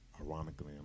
Ironically